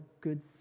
good